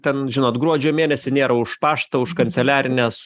ten žinot gruodžio mėnesį nėra už paštą už kanceliarines